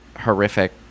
horrific